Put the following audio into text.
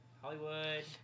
Hollywood